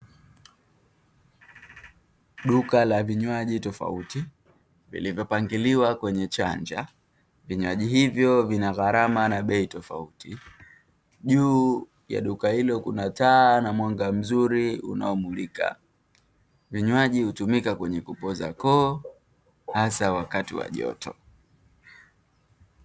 Duka la vinywaji tofauti lilivyo pangiliwa kwenye chanja, vinywaji hivyo vina gharama na bei tofauti, juu ya duka hilo kuna taa na mwanga mzuri unao mulika, vinywaji hutumika kwenye kupoza koo hasa wakati wa joto.